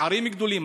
יש ערים גדולות,